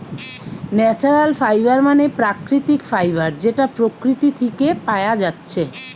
natural fibre মানে প্রাকৃতিক fibre যেটা প্রকৃতি থিকে পায়া যাচ্ছে